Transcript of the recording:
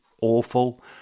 awful